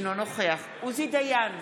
אינו נוכח עוזי דיין,